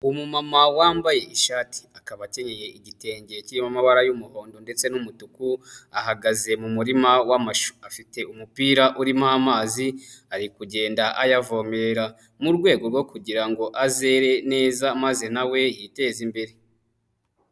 Umumama wambaye ishati, akaba akenye igitenge kirimo amabara y'umuhondo ndetse n'umutuku, ahagaze mu murima afite umupira urimo amazi ari kugenda ayavomerera mu rwego rwo kugirango azere neza, maze nawe yiteze imbere.